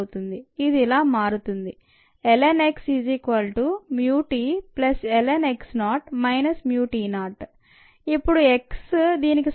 అది ఇలా మారుతుంది ln x μtln x0 μt0 అప్పుడు x దీనికి సమానం అవుతుంది